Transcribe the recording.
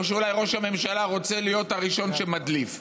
או שאולי ראש הממשלה רוצה להיות הראשון שמדליף.